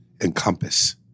encompass